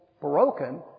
broken